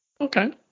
Okay